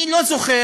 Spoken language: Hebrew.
אני לא זוכר,